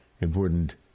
important